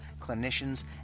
clinicians